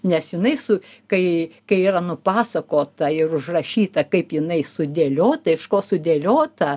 nes jinai su kai kai yra nupasakota ir užrašyta kaip jinai sudėliota iš ko sudėliota